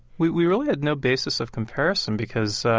we we really had no basis of comparison because,